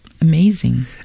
amazing